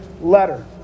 letter